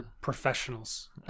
professionals